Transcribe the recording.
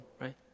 right